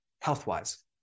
health-wise